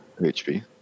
HP